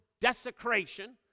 desecration